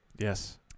yes